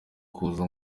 kuza